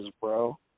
bro